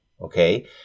okay